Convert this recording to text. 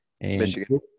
Michigan